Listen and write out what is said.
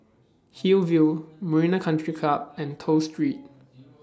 Hillview Marina Country Club and Toh Street